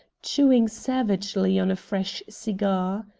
chewing savagely on a fresh cigar.